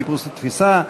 חיפוש ותפיסה),